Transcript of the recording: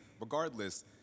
Regardless